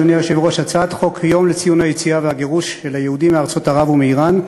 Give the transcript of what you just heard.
הצעת חוק יום לציון היציאה והגירוש של היהודים מארצות ערב ומאיראן,